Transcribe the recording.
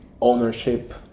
ownership